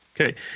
Okay